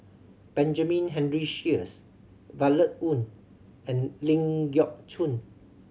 Benjamin Henry Sheares Violet Oon and Ling Geok Choon